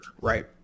right